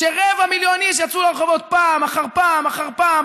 כשרבע מיליון איש יצאו לרחובות פעם אחר פעם אחר פעם,